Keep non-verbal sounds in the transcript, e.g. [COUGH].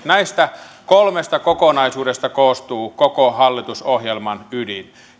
[UNINTELLIGIBLE] näistä kolmesta kokonaisuudesta koostuu koko hallitusohjelman ydin